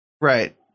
Right